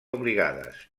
obligades